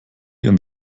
ihren